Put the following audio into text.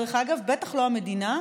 דרך אגב בטח לא המדינה,